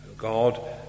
God